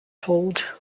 hold